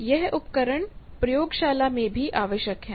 ये उपकरण प्रयोगशाला में भी आवश्यक हैं